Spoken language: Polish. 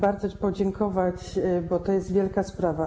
bardzo podziękować, bo to jest wielka sprawa.